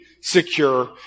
secure